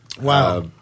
wow